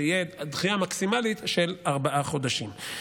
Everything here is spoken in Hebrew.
שתהיה דחייה מקסימלית של ארבעה חודשים.